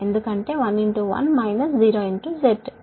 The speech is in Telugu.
కాబట్టి AD BC అనేది 1 అవుతుంది ఎందుకంటే 1 1 0 Z